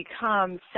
become